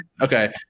Okay